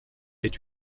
est